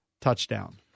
touchdown